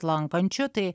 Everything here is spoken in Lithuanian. lankančių tai